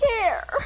care